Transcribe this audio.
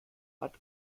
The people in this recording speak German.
hat